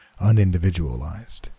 unindividualized